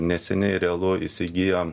neseniai realu įsigijo